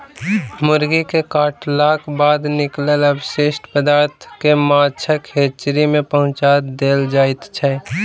मुर्गी के काटलाक बाद निकलल अवशिष्ट पदार्थ के माछक हेचरी मे पहुँचा देल जाइत छै